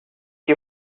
you